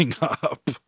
up